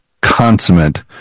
consummate